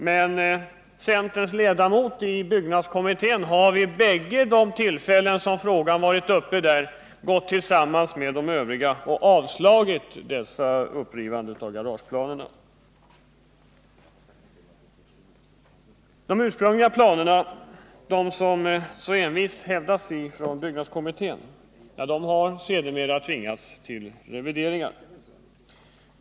Men centerns ledamot i byggnadskommittén har vid de två tillfällen som frågan varit uppe till behandling i kommittén tillsammans med övriga ledamöter avstyrkt förslaget på ett upprivande av garageplanerna. De ursprungliga planerna, som så envist hävdas från byggnadskommittén, har sedermera måst revideras.